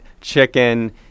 chicken